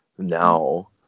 now